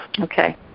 Okay